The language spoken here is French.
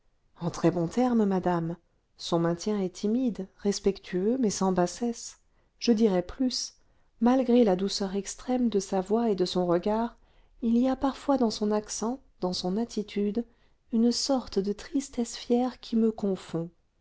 en très bons termes madame son maintien est timide respectueux mais sans bassesse je dirai plus malgré la douceur extrême de sa voix et de son regard il y a parfois dans son accent dans son attitude une sorte de tristesse fière qui me confond